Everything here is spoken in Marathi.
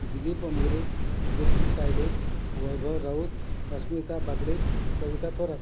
दिलीप अंबोरे भाग्यस्री तायडे वैभव राऊत अस्मिता बागडे कविता थोरात